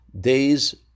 days